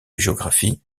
géographie